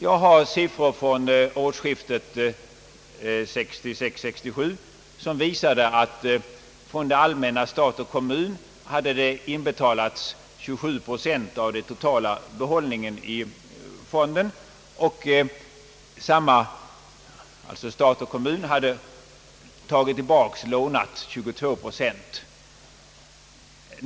Jag har siffror från årsskiftet 1966— 1967 som visar att stat och kommun hade inbetalat 27 procent av den totala behållningen i fonden, och stat och kommun hade lånat 22 procent.